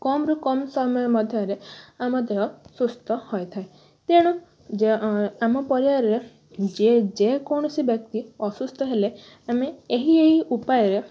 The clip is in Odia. କମ୍ରୁ କମ୍ ସମୟ ମଧ୍ୟରେ ଆମ ଦେହ ସୁସ୍ଥ ହୋଇଥାଏ ତେଣୁ ଯେ ଆମ ପରିବାରରେ ଯେ ଯେ କୌଣସି ବ୍ୟକ୍ତି ଅସୁସ୍ଥ ହେଲେ ଆମେ ଏହି ଏହି ଉପାୟ